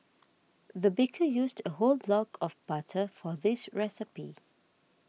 the baker used a whole block of butter for this recipe